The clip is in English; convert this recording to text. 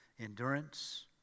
Endurance